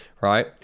right